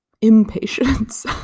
impatience